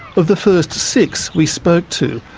of the first six we spoke to,